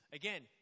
again